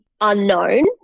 unknown